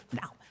Now